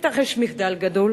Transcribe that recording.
מתרחשים מחדל גדול